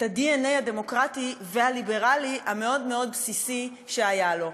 את הדנ"א הדמוקרטי הליברלי המאוד-מאוד בסיסי שהיה לו.